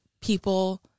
people